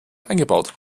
eingebaut